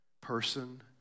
person